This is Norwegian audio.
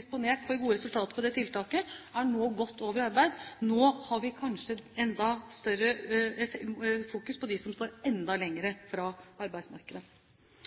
disponert for gode resultater på det tiltaket, nå er gått over i arbeid. Nå har vi kanskje enda større fokus på dem som står enda lenger fra arbeidsmarkedet.